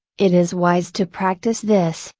it is wise to practice this,